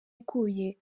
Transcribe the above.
iguye